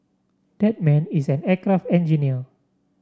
that man is an aircraft engineer